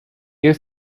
you